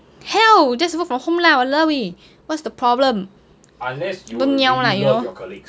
hell just work from home lah !walao! eh what's the problem don't niao lah you know